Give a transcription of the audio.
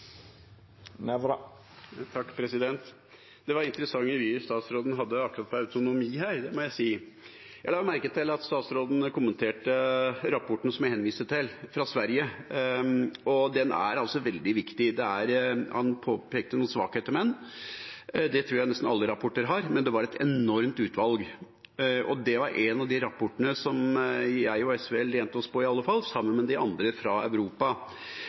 statsråden hadde om autonomi, må jeg si. Jeg la merke til at statsråden kommenterte rapporten fra Sverige som jeg henviste til, og den er veldig viktig. Han påpekte noen svakheter ved den, det tror jeg nesten alle rapporter har, men det var et enormt utvalg. Det var i alle fall en av de rapportene jeg og SV lente oss på, sammen med de andre fra Europa. Det rapporten konkluderer med,